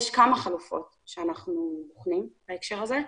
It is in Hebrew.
יש כמה חלופות שאנחנו בוחנים בהקשר הזה,